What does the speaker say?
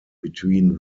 between